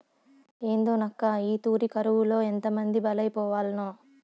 ఏందోనక్కా, ఈ తూరి కరువులో ఎంతమంది బలైపోవాల్నో